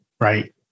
Right